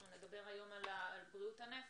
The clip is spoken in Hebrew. אנחנו נדבר היום על בריאות הנפש,